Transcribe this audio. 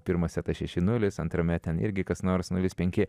pirmas setas šeši nulis antrame ten irgi kas nors nulis penki